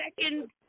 second